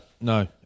No